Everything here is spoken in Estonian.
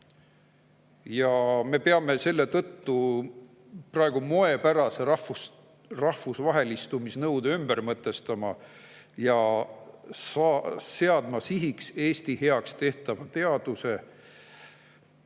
Me peame selle moepärase rahvusvahelistumise nõude ümber mõtestama ja seadma sihiks Eesti heaks tehtava teaduse